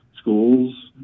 schools